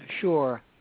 Sure